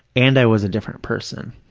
and i was a different person.